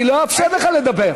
אני לא אאפשר לך לדבר.